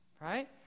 Right